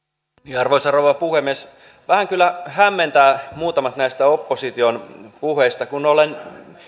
arvoisa rouva puhemies vähän kyllä hämmentävät muutamat näistä opposition puheista kun olen